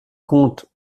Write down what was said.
compte